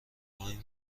های